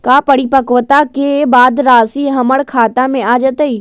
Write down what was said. का परिपक्वता के बाद राशि हमर खाता में आ जतई?